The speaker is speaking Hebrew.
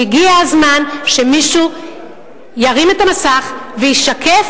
והגיע הזמן שמישהו ירים את המסך וישקף